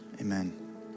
Amen